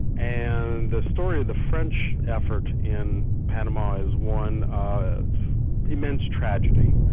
and the story of the french effort in panama is one of immense tragedy,